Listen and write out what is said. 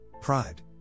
pride